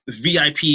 VIP